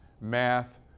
math